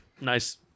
Nice